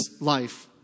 life